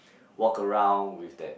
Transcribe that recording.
walk around with that